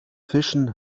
fischen